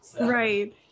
Right